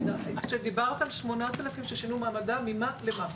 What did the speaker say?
כשדיברת על 8,000 ששינו מעמדם, ממה למה?